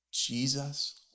Jesus